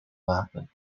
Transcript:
maken